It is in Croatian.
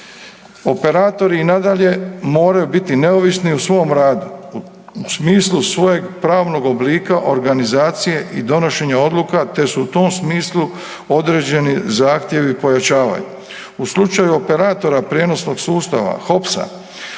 Operatori i nadalje moraju biti neovisni u svom radu u smislu svojeg pravnog oblika organizacije i donošenja odluka te su u tom smislu određeni zahtjevi pojačavaju. U slučaju operatora prijenosnog sustava, HOPS-a,